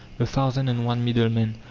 the thousand and one middlemen,